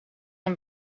een